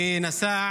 שנסע